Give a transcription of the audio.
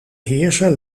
heerser